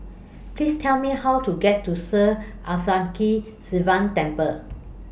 Please Tell Me How to get to Sri Sivan Temple